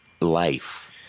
life